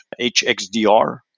HXDR